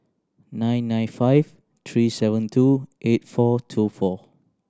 nine nine five three seven two eight four two four